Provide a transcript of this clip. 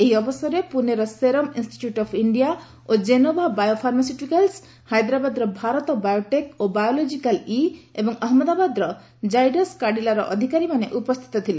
ଏହି ଅବସରରେ ପୁନେର ସେରମ୍ ଇନ୍ଷ୍ଟିଚ୍ୟୁଟ୍ ଅଫ୍ ଇଣ୍ଡିଆ ଓ ଜେନୋଭା ବାୟୋ ଫାର୍ମାସ୍ୟୁଟିକାଲ୍ସ ହାଇଦ୍ରାବାଦର ଭାରତ ବାୟୋଟେକ୍ ଓ ବାୟୋଲୋଜିକାଲ୍ ଇ ଏବଂ ଅହମ୍ମଦାବାଦର ଜାଇଡସ୍ କାର୍ଡିଲାର ଅଧିକାରୀମାନେ ଉପସ୍ଥିତ ଥିଲେ